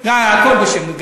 עד עכשיו זה לא היה בשם מרצ?